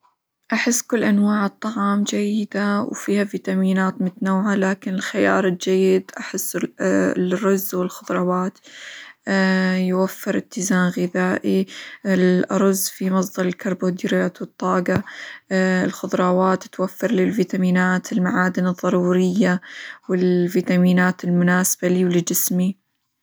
أحس كل أنواع الطعام جيدة، وفيها فيتامينات متنوعة، لكن الخيار الجيد أحسه -ال- الرز، والخظروات، يوفر إتزان غذائي الأرز فيه مصدر الكربوهيدرات، والطاقة الخظراوات توفر لي الفيتامينات، المعادن الظرورية، والفيتامينات المناسبة لي، ولجسمي.